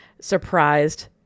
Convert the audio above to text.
surprised